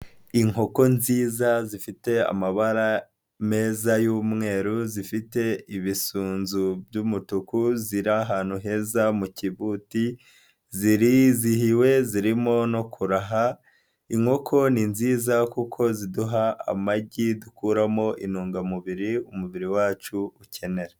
Inkoko nziza zifite amabara meza y'umweru, zifite ibisunzu by'umutuku ziri ahantu heza mu kibuti zirizihiwe zirimo no kuraha, inkoko ni nziza kuko ziduha amagi dukuramo intungamubiri umubiri wacu ukenera.